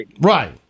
Right